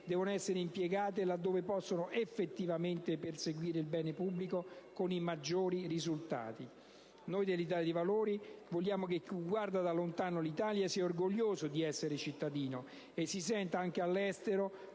devono essere impiegate là dove possono effettivamente perseguire il bene pubblico con i maggiori risultati. Noi dell'Italia dei Valori vogliamo che chi guarda da lontano all'Italia sia orgoglioso di esserne cittadino, e si senta, anche all'estero,